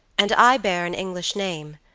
and i bear an english name,